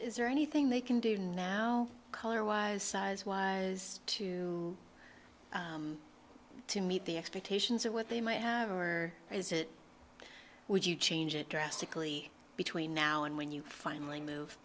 is there anything they can do now color was size was too to meet the expectations of what they might have or is it would you change it drastically between now and when you finally